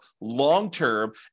long-term